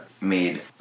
made